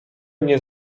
nie